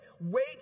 wait